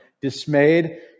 Dismayed